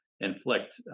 inflict